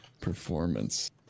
performance